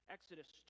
Exodus